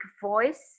voice